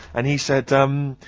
and he said, um,